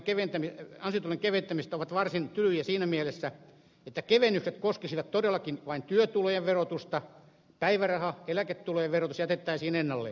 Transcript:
verotyöryhmän esitykset ansiotulojen keventämisestä ovat varsin tylyjä siinä mielessä että kevennykset koskisivat todellakin vain työtulojen verotusta päivärahan ja eläketulojen verotus jätettäisiin ennalleen